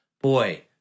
Boy